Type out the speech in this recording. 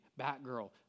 Batgirl